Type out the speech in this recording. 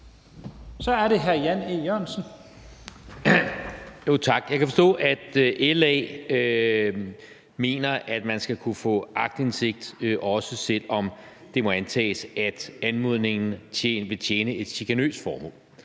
Kl. 15:43 Jan E. Jørgensen (V): Tak. Jeg kan forstå, at LA mener, at man skal kunne få aktindsigt, også selv om det må antages, at anmodningen vil tjene et chikanøst formål.